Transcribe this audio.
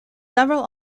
several